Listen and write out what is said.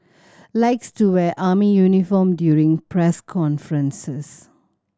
likes to wear army uniform during press conferences